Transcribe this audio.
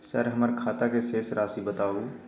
Sir हमर खाता के शेस राशि बताउ?